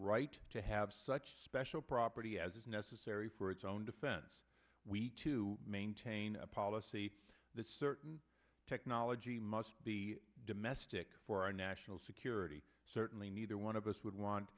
right to have such special property as is necessary for its own defense we need to maintain a policy that certain technology must be domestic for our national security certainly neither one of us would want